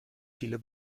viele